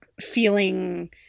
feeling